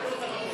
הוועדה לאנרגיה